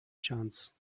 chance